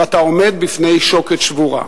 ואתה עומד בפני שוקת שבורה.